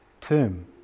tomb